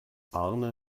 arne